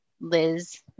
Liz